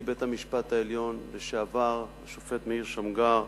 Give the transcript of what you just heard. נשיא בית-המשפט העליון לשעבר השופט מאיר שמגר,